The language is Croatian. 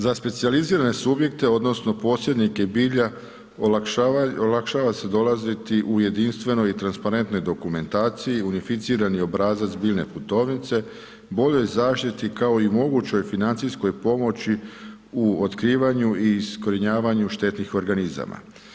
Za specijalizirane subjekte odnosno posrednike bilja olakšava se dolaziti u jedinstvenoj i transparentnoj dokumentaciji, unificirani obrazac biljne putovnice, boljoj zaštiti kao i mogućoj financijskoj pomoći u otkrivanju i iskorjenjavanju štetnih organizama.